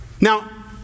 Now